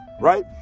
right